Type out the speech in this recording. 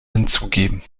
hinzugeben